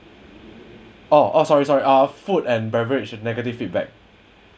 oh orh sorry sorry food and beverage negative feedback